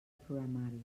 programari